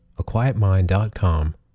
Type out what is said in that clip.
aquietmind.com